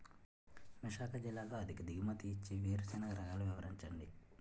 విశాఖ జిల్లాలో అధిక దిగుమతి ఇచ్చే వేరుసెనగ రకాలు వివరించండి?